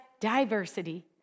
diversity